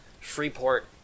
Freeport